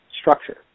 structure